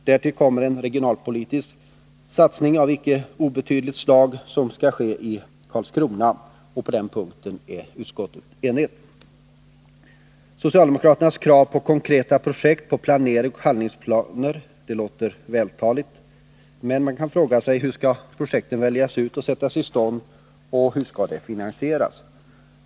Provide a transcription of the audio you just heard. Därtill kommer en regionalpolitisk satsning av icke obetydligt slag som skall ske i Karlskrona, och på den punkten är utskottet enigt. Socialdemokraternas krav på konkreta projekt, planering och handlingsplaner låter vältaligt. Men hur skall projekten väljas ut och sättas i stånd och hur skall de finansieras?